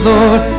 Lord